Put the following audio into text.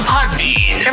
Podbean